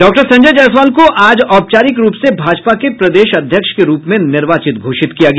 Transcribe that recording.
doctor Sanjay Jaiswal को आज औपचारिक रूप से भाजपा के प्रदेश अध्यक्ष के रूप में निर्वाचित घोषित किया गया